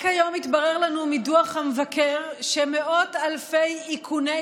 רק היום התברר לנו מדוח המבקר שמאות אלפי איכוני